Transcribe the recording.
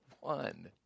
one